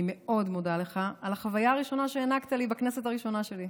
אני מאוד מודה לך על החוויה הראשונה שהענקת לי בכנסת הראשונה שלי.